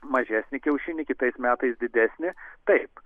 mažesnį kiaušinį kitais metais didesnį taip